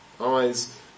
eyes